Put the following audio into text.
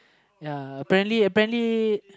ya apparently apparently